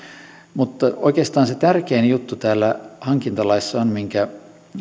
mutta oikeastaan se tärkein juttu täällä hankintalaissa on se minkä